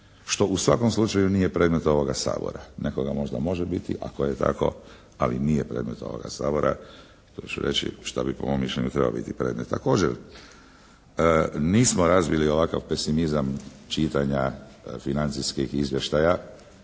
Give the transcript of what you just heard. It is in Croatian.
što u svakom slučaju nije predmet ovoga Sabora. Nekoga možda može biti ako je tako, ali nije predmet ovoga Sabora. Hoću reći šta bi po mom mišljenju trebao biti predmet. Također nismo razvili ovakav pesimizam čitanja financijskih izvještaja